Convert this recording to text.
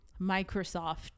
Microsoft